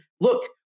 look